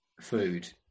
food